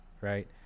right